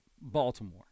Baltimore